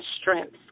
strength